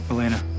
Elena